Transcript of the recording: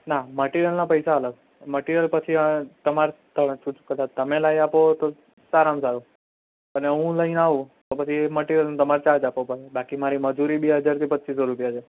ના મટિરિયલના પૈસા અલગ મટિરિયલ પછી તમારે કદાચ તમે લાવી આપો તો સારામાં સારું અને હું લઈને આવું તો મટિરિયલનો તમારે ચાર્જ આપવો પડે બાકી મારી મજૂરી બે હજારથી પચીસો રૂપિયા છે